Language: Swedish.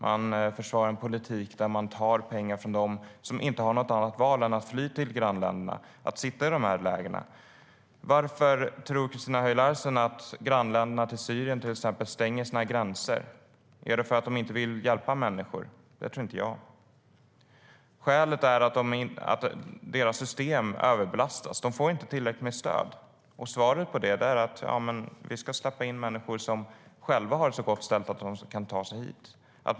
Man försvarar en politik där man tar pengar från dem som inte har något annat val än att fly till grannländerna och sitta i de här lägren. Varför tror Christina Höj Larsen att grannländerna till exempelvis Syrien stänger sina gränser? Är det för att de inte vill hjälpa människor? Det tror inte jag. Skälet är att deras system överbelastas. De får inte tillräckligt med stöd. Och svaret på det är att vi ska släppa in människor som har det så gott ställt att de kan ta sig hit.